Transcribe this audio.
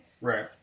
Right